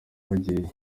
bagira